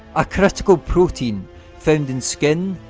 a critical protein found in skin,